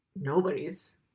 nobody's